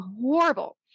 horrible